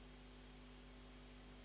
Hvala